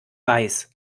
weiß